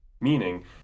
Meaning